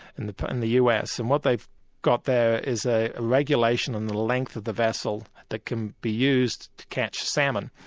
and in the u. s, and what they've got there is a regulation in the length of the vessel that can be used to catch salmon.